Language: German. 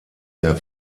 der